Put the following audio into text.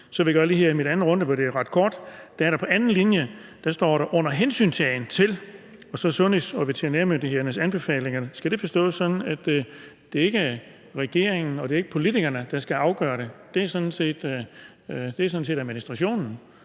Så vil jeg godt lige her i min anden bemærkning gøre det ret kort og sige, at på anden linje står der »under hensyntagen til sundheds- og veterinærmyndighedernes anbefalinger«. Skal det forstås sådan, at det ikke er regeringen og det ikke er politikerne, der skal afgøre det, men at det sådan set er administrationen?